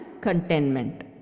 contentment